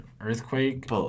Earthquake